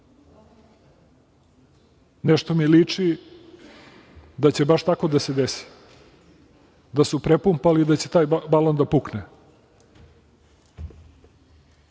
Nešto mi liči da će baš tako da se desi, da su prepumpali da će taj balon da pukne. Prema